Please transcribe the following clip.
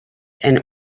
and